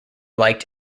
liked